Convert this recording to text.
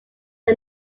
who